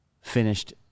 finished